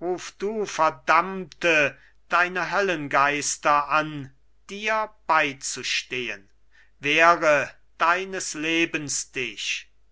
ruf du verdammte deine höllengeister an dir beizustehen wehre deines lebens dich